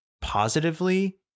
positively